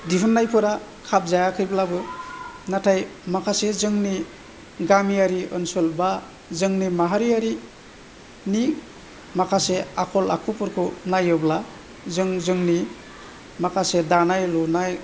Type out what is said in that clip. दिहुननायफोरा खाब जायाखैब्लाबो नाथाय माखासे जोंनि गामियारि ओनसोल बा जोंनि माहारियारिनि माखासे आखल आखुफोरखौ नायोब्ला जों जोंनि माखासे दानाय लुनाय